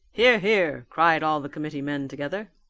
hear, hear! cried all the committee men together.